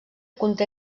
conté